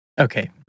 Okay